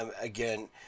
again